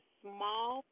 small